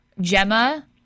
Gemma